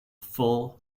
full